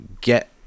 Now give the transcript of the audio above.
get